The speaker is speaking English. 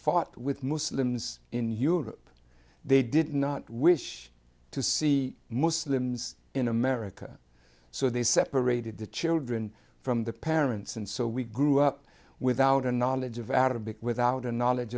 fought with muslims in europe they did not wish to see muslims in america so they separated the children from the parents and so we grew up without a knowledge of arabic without a knowledge